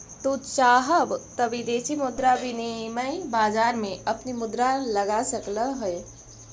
तू चाहव त विदेशी मुद्रा विनिमय बाजार में अपनी मुद्रा लगा सकलअ हे